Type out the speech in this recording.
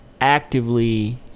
actively